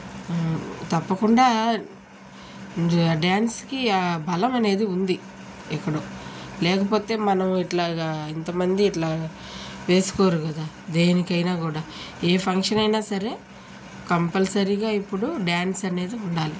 తప్పకుండా డ్యాన్స్కి ఆ బలం అనేది ఉంది ఇప్పుడు లేకపోతే మనం ఇట్లాగ ఇంతమంది ఇట్లాగ వేసుకోరు కదా దేనికైనా కూడా ఏ ఫంక్షన్ అయినా సరే కంపల్సరీగా ఇప్పుడు డ్యాన్స్ అనేది ఉండాలి